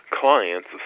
clients